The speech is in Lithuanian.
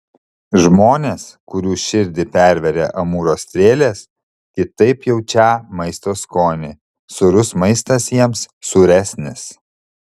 žmonės kurių širdį pervėrė amūro strėlės kitaip jaučią maisto skonį sūrus maistas jiems sūresnis